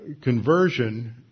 conversion